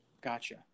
gotcha